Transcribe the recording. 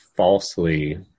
Falsely